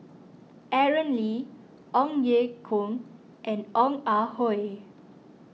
Aaron Lee Ong Ye Kung and Ong Ah Hoi